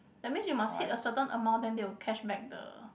that means you must hit a certain amount then they will cashback the